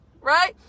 right